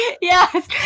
Yes